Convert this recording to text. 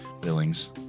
Billings